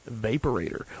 Vaporator